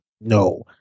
no